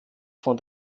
von